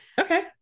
Okay